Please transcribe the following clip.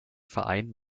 verein